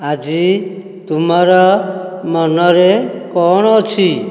ଆଜି ତୁମର ମନରେ କଣ ଅଛି